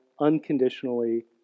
unconditionally